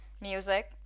music